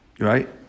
Right